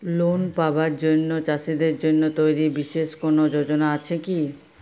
Loan পাবার জন্য চাষীদের জন্য তৈরি বিশেষ কোনো যোজনা আছে কি?